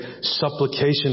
supplication